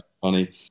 funny